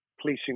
policing